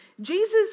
Jesus